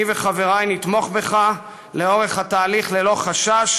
אני וחברי נתמוך בך לאורך התהליך ללא חשש,